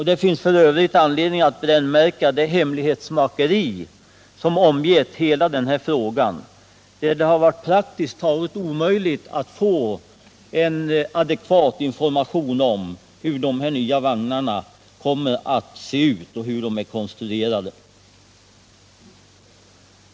Det finns f. ö. anledning att brännmärka det hemlighetsmakeri som omger hela denna fråga, där det varit praktiskt taget omöjligt att få en adekvat information om hur de nya vagnarna kommer att se ut och hur de är konstruerade.